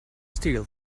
steel